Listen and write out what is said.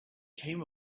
came